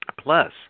Plus